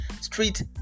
street